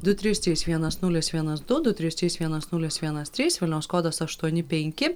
du trys trys vienas nulis vienas du du trys trys vienas nulis vienas trys vilniaus kodas aštuoni penki